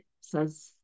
says